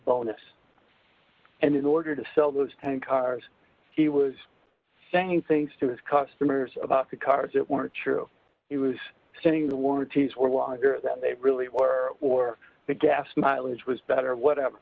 bonus and in order to sell those cars he was saying things to his customers about the cars that weren't true he was sending the warranties were longer than they really were or the gas mileage was better or whatever